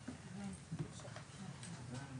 אחר הצהריים טובים.